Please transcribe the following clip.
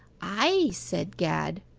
ay, said gad,